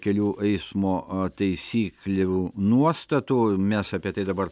kelių eismo taisyklių nuostatų mes apie tai dabar